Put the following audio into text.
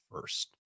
first